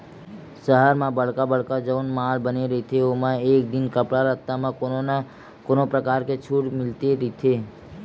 सहर म बड़का बड़का जउन माल बने रहिथे ओमा आए दिन कपड़ा लत्ता म कोनो न कोनो परकार के छूट मिलते रहिथे